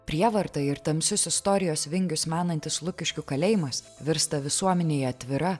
prievartą ir tamsius istorijos vingius menantis lukiškių kalėjimas virsta visuomenei atvira